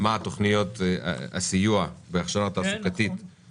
מה תוכניות הסיוע בהכשרה תעסוקתית -- כן, נכון.